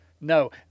No